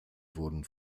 wurden